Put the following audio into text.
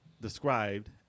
described